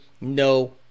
no